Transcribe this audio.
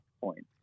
point